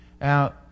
Now